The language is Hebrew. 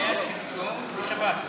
זה היה שלשום, בשבת.